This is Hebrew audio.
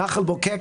נחל בוקק,